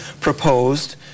proposed